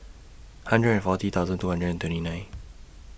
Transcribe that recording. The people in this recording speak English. hundred and forty thousand two hundred and twenty nine